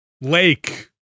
Lake